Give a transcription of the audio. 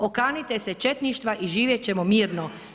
Okanite se četništva i živjeti ćemo mirno.